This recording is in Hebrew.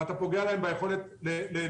ואתה פוגע להם ביכולת להתקיים.